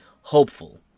hopeful